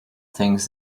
things